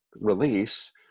release